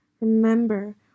Remember